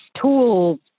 tools